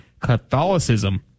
Catholicism